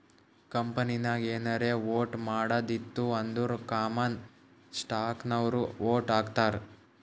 ಕಂಪನಿನಾಗ್ ಏನಾರೇ ವೋಟ್ ಮಾಡದ್ ಇತ್ತು ಅಂದುರ್ ಕಾಮನ್ ಸ್ಟಾಕ್ನವ್ರು ವೋಟ್ ಹಾಕ್ತರ್